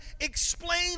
explain